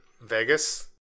Vegas